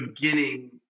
beginning